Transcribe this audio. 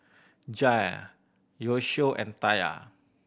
Jair Yoshio and Taya